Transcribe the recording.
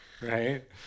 right